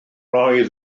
oedd